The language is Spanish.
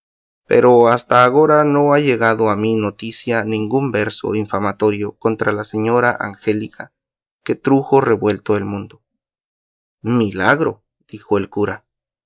pero hasta agora no ha llegado a mi noticia ningún verso infamatorio contra la señora angélica que trujo revuelto el mundo milagro dijo el cura